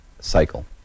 cycle